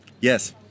yes